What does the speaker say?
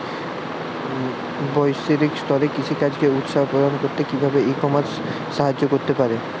বৈষয়িক স্তরে কৃষিকাজকে উৎসাহ প্রদান করতে কিভাবে ই কমার্স সাহায্য করতে পারে?